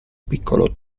piccolo